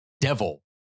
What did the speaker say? Devil